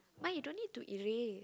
mine you don't need to erase